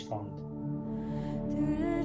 respond